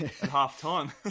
half-time